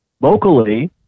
locally